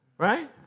Right